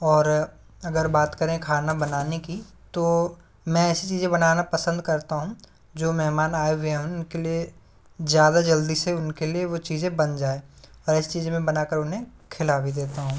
और अगर बात करें खाना बनाने की तो मैं ऐसी चीज़ें बनाना पसंद करता हूँ जो मेहमान आए हुए हैं उनके लिए ज़्यादा जल्दी से उनके लिए वो चीज़ें बन जाए और ऐसी चीज़ें मैं बनाकर उन्हें खिला भी देता हूँ